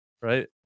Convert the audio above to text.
Right